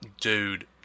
dude